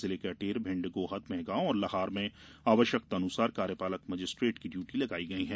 जिले के अटेर भिंड गोहद मैहगॉव और लाहार में आवश्यकतानुसार कार्यपालक मजिस्ट्रेट की ड्यूटी लगाई गई है